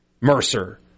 Mercer